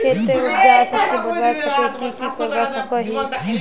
खेतेर उपजाऊ शक्ति बढ़वार केते की की करवा सकोहो ही?